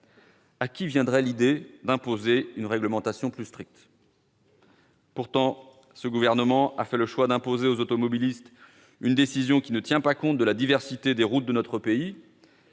À qui viendrait l'idée d'imposer une réglementation plus stricte ? Pourtant, ce gouvernement a fait le choix d'imposer aux automobilistes une décision qui ne tient pas compte de la diversité des routes de notre pays.